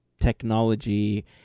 technology